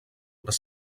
les